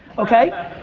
okay?